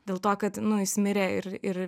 dėl to kad nu jis mirė ir ir